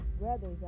brother's